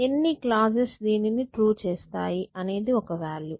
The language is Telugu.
ఎన్ని క్లాజ్ లు దీనిని ట్రూ చేస్తాయి అనేది ఒక వాల్యూ